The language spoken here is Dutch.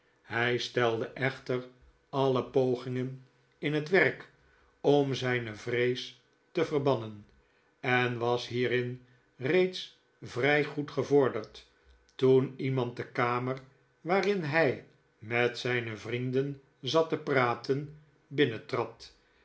hij stelde echter alle pogingen in het werk om zijne vrees te verbannen en was hierin reeds vrij goed gevorderd toen iemand de kamer waarin hij met zijne vrienden zat te praten